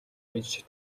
гэж